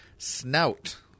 Snout